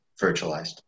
virtualized